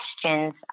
questions